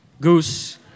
Goose